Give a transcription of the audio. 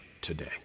today